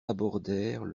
abordèrent